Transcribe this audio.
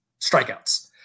strikeouts